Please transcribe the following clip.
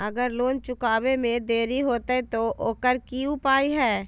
अगर लोन चुकावे में देरी होते तो ओकर की उपाय है?